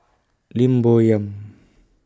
Lim Bo Yam